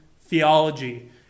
theology